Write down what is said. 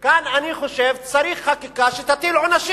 כאן אני חושב צריך חקיקה שתטיל עונשים